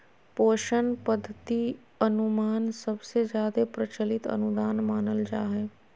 पोषण पद्धति अनुमान सबसे जादे प्रचलित अनुदान मानल जा हय